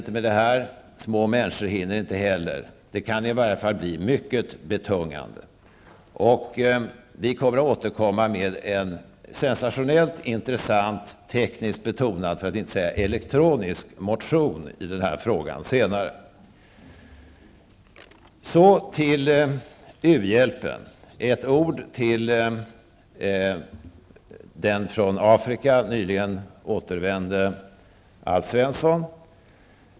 Varken små företag eller små människor hinner räkna ut hur stor höjningen blir, men den blir i alla fall mycket betungande. Vi skall senare återkomma med en sensationellt intressant, tekniskt betonad för att inte säga elektroniskt, motion i denna fråga. Så över till u-hjälpen. Jag riktar mig till den från Afrika nyligen återvände Alf Svensson.